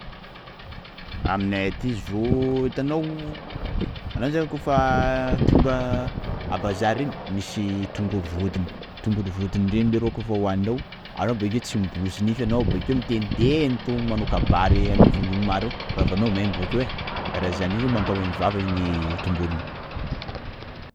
Aminay aty zio, hitanao anao zany koafa tonga a bazary reny, misy tongolo vodiny, tongolo vodiny reny leroa koafa hoaninao, anao bokeo tsy miborosy nify anao bakeo miteniteny to, manao kabary anivon'olo maro eo, vavanao maimbo bakeo ai, karaha zany, iny zio mampamaimbo vava iny tongolo iny.